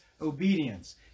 obedience